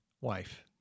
Wife